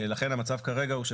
לכן המצב כרגע,